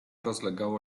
rozlegało